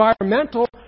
environmental